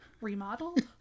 Remodeled